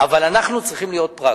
אבל אנחנו צריכים להיות פרקטיים.